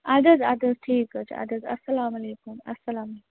اَدٕ حظ اَدٕ حظ ٹھیٖک حظ چھُ اَدٕ حظ اَسلام علیکُم اسلام علیکُم